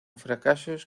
fracasos